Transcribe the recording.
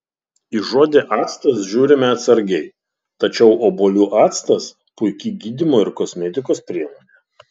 į žodį actas žiūrime atsargiai tačiau obuolių actas puiki gydymo ir kosmetikos priemonė